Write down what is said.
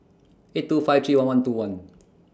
eight two five three one one two one